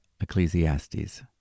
Ecclesiastes